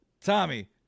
Tommy